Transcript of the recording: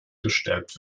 gestärkt